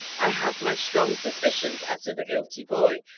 i have my strong suspicions as to the guilty boy,